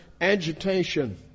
agitation